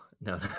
no